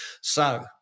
So-